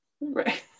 right